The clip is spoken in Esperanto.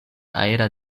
aera